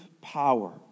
power